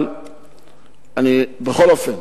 אבל אני בכל אופן